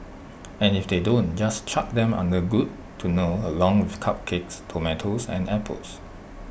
and if they don't just chuck them under good to know along with the cupcakes tomatoes and apples